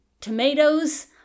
tomatoes